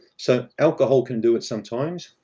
so, alcohol can do it sometimes.